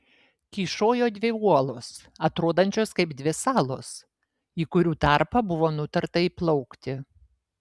kyšojo dvi uolos atrodančios kaip dvi salos į kurių tarpą buvo nutarta įplaukti